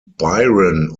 byron